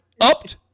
upped